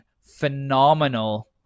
phenomenal